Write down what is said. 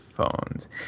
Phones